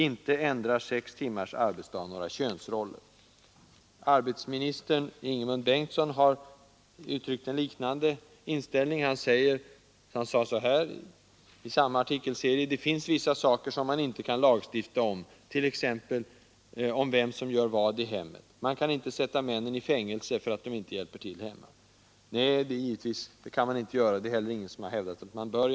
Inte ändrar sex timmars arbetsdag några könsroller.” Arbetsmarknadsministern Ingemund Bengtsson uttryckte en liknande inställning, när han i samma artikelserie sade att det finns vissa saker man inte kan lagstifta om, t.ex. om vem som gör vad i hemmet. Man kan inte sätta in männen i fängelse för att de inte hjälper till hemma. Nej, det kan man inte, och det är heller ingen som har hävdat att man bör göra det.